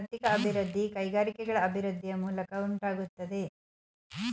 ಆರ್ಥಿಕ ಅಭಿವೃದ್ಧಿ ಕೈಗಾರಿಕೆಗಳ ಅಭಿವೃದ್ಧಿಯ ಮೂಲಕ ಉಂಟಾಗುತ್ತದೆ